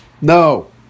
No